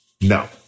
No